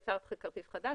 כרטיס חדש,